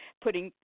putting